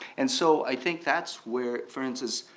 and so i think that's where differences